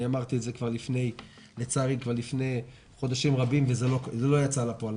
אמרתי את זה כבר לפני חודשים רבים וזה לא יצא לפועל.